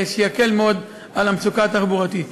שיקל מאוד את המצוקה התחבורתית.